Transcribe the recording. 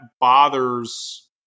bothers